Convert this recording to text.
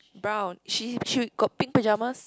brown she she got pink pajamas